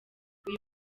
uyu